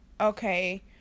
okay